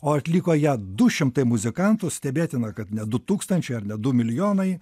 o atliko ją du šimtai muzikantų stebėtina kad ne du tūkstančiai ar ne du milijonai